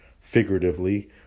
figuratively